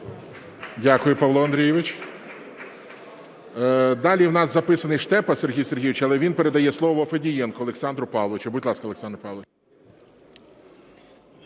Дякую, Павло Андрійович. Далі в нас записаний Штепа Сергій Сергійович, але він передає слово Федієнку Олександру Павловичу. Будь ласка, Олександр Павлович.